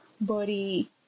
body